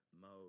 mode